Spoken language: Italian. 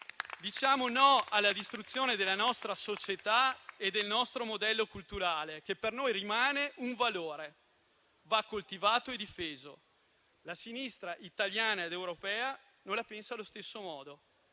Diciamo no alla distruzione della nostra società e del nostro modello culturale, che per noi rimane un valore da coltivare e difendere. La sinistra italiana ed europea non la pensa allo stesso modo,